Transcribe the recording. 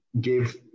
give